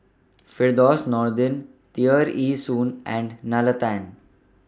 Firdaus Nordin Tear Ee Soon and Nalla Tan